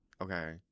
Okay